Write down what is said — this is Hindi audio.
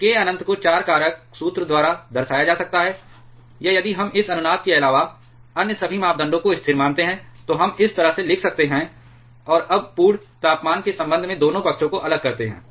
तो k अनंत को 4 कारक सूत्र द्वारा दर्शाया जा सकता है या यदि हम इस अनुनाद के अलावा अन्य सभी मापदंडों को स्थिर मानते हैं तो हम इस तरह से लिख सकते हैं और अब पूर्ण तापमान के संबंध में दोनों पक्षों को अलग करते हैं